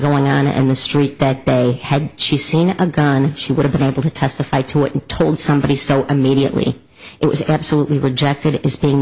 going on in the street that day had she seen a gun she would have been able to testify to it and told somebody so immediately it was absolutely rejected is